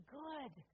good